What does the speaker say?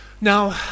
Now